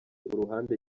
uruhande